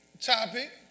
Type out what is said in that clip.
topic